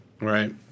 right